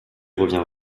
revient